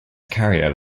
carrier